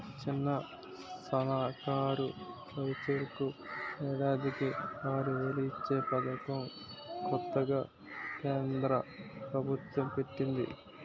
చిన్న, సన్నకారు రైతులకు ఏడాదికి ఆరువేలు ఇచ్చే పదకం కొత్తగా కేంద్ర ప్రబుత్వం పెట్టింది